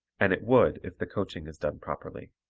and it would if the coaching is done properly.